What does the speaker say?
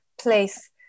place